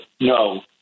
no